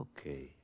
Okay